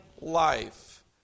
life